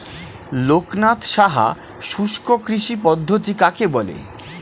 লোকনাথ সাহা শুষ্ককৃষি পদ্ধতি কাকে বলে?